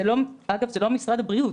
זה לא משרד הבריאות,